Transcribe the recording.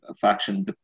faction